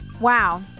Wow